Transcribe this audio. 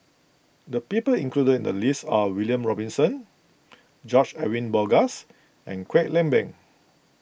the people included in the list are William Robinson George Edwin Bogaars and Kwek Leng Beng